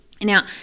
Now